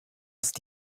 ist